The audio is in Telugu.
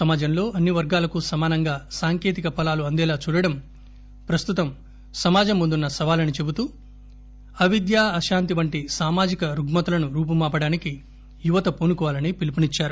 సమాజంలో అన్నీ వర్గాలకూ సమానంగా సాంకేతిక ఫలాలు అందేలా చూడటం ప్రస్తుతం సమాజం ముందున్న సవాలని చెబుతూ ఆవిద్య అశాంతి వంటి సామాజిక రుగ్గతలను రూపుమాపటానికి యువత పూనుకోవాలని పిలుపునిచ్చారు